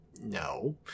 no